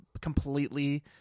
completely